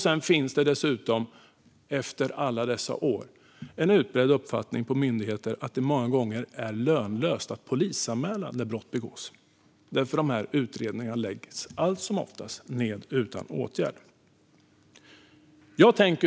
Sedan finns det dessutom, efter alla dessa år, en utbredd uppfattning på myndigheter att det många gånger är lönlöst att polisanmäla när brott begås, eftersom utredningarna allt som oftast läggs ned utan åtgärd. Herr talman!